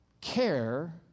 care